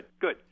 good